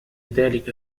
ذلك